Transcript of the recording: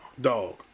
Dog